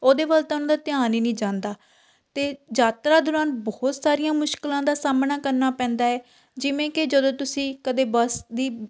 ਉਹਦੇ ਵੱਲ ਤਾਂ ਉਹਨਾਂ ਦਾ ਧਿਆਨ ਹੀ ਨਹੀਂ ਜਾਂਦਾ ਅਤੇ ਯਾਤਰਾ ਦੌਰਾਨ ਬਹੁਤ ਸਾਰੀਆਂ ਮੁਸ਼ਕਲਾਂ ਦਾ ਸਾਹਮਣਾ ਕਰਨਾ ਪੈਂਦਾ ਹੈ ਜਿਵੇਂ ਕਿ ਜਦੋਂ ਤੁਸੀਂ ਕਦੇ ਬੱਸ ਦੀ